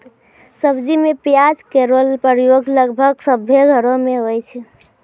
सब्जी में प्याज केरो प्रयोग लगभग सभ्भे घरो म होय छै